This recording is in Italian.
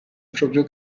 proprio